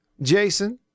Jason